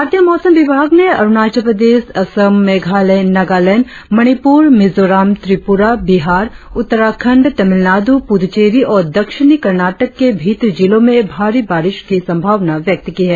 भारतीय मौसम विभाग ने अरुणाचल प्रदेश असम मेघालय नगालैंड मणिपुर मिजोरम त्रिपुरा बिहार उत्तराखंड तमिलनाडु पुद्दुचेरी और दिक्षिणी कर्नाटक के भीतरी जिलों में भारी बारिश की संभावना वाक की है